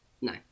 No